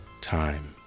time